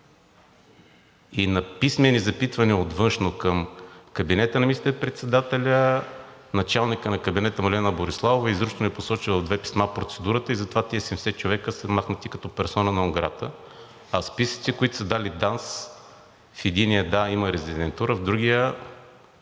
На писмени запитвания от Външно към кабинета на министър-председателя, началникът на кабинета му Лена Бориславова изрично е посочила в две писма процедурата и затова тези 70 човека са махнати като персона нон грата, а списъците, които са дали ДАНС, в единия – да, има резидентура, другият